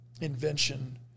invention